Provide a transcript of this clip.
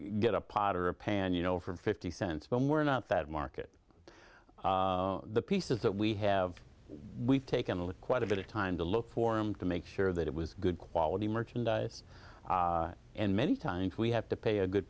get a pot or a pan you know for fifty cents when we're not that market the pieces that we have we've taken a look quite a bit of time to look for him to make sure that it was good quality merchandise and many times we have to pay a good